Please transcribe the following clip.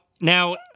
now